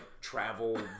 travel